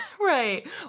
Right